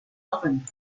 often